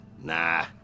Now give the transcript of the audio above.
Nah